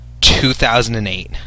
2008